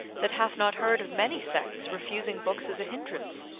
that hath not heard of many sects refusing books as a hindrance,